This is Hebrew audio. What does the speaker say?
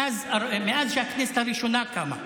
מאז שהכנסת הראשונה קמה.